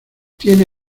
tiene